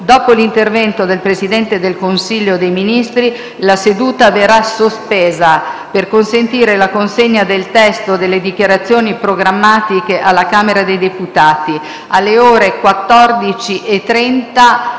Dopo l'intervento del Presidente del Consiglio dei ministri, la seduta verrà sospesa per consentire la consegna del testo delle dichiarazioni programmatiche alla Camera dei deputati. Alle ore 14,30